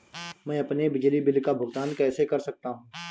मैं अपने बिजली बिल का भुगतान कैसे कर सकता हूँ?